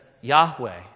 Yahweh